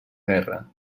guerra